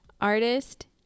Artist